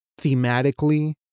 thematically